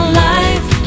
life